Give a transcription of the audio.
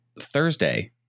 Thursday